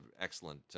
excellent